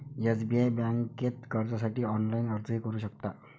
SBI बँकेत कर्जासाठी online अर्जही करू शकता